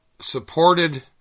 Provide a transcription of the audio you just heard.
Supported